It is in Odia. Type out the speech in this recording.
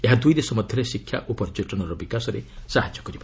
ଏହା ଦୂଇ ଦେଶ ମଧ୍ୟରେ ଶିକ୍ଷା ଓ ପର୍ଯ୍ୟଟନର ବିକାଶରେ ସହାୟତା କରିବ